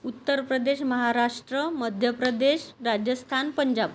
Uttar Pradesh Maharashtra Madhya Pradesh Rajasthan Punjab